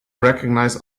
recognize